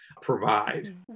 provide